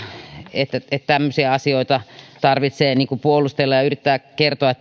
että tämmöisiä asioita tarvitsee puolustella ja yrittää kertoa